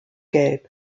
gelb